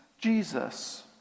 Jesus